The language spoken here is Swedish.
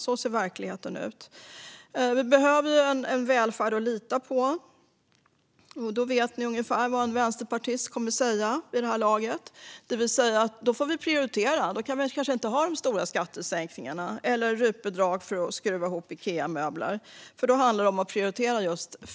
Sådan ser verkligheten ut. Vi behöver en välfärd att lita på, och vid det här laget vet ni vad en vänsterpartist kommer att säga: Vi får prioritera och kanske inte ha stora skattesänkningar eller rutbidrag för att skruva ihop Ikeamöbler. Det handlar om att prioritera folkhälsan.